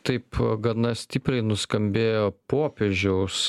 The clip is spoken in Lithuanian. taip gana stipriai nuskambėjo popiežiaus